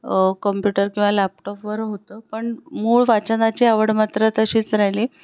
computer किंवा लॅपटॉपवर होतं पण मूळ वाचनाची आवड मात्र तशीच राहिली